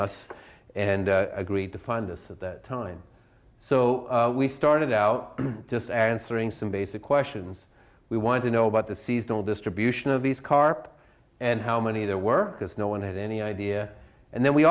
us and agreed to find us at that time so we started out just answering some basic questions we wanted to know about the seasonal distribution of these carp and how many there were because no one had any idea and then we